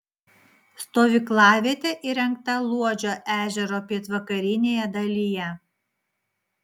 stovyklavietė įrengta luodžio ežero pietvakarinėje dalyje